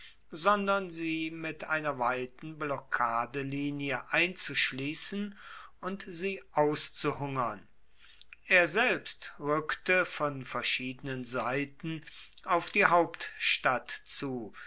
sondern sie mit einer weiten blockadelinie einzuschließen und sie auszuhungern er selbst rückte von verschiedenen seiten auf die hauptstadt zu